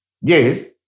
Yes